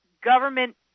government